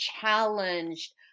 challenged